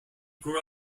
grew